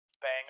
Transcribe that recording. banger